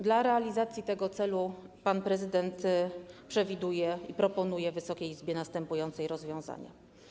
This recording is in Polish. Dla realizacji tego celu pan prezydent przewiduje i proponuje Wysokiej Izbie następujące rozwiązania.